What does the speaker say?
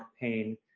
pain